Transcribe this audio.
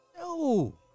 no